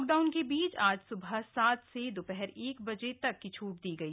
lockdown के बीच आज सुबह सात से दोपहर के एक बजे तक की छूट दी गई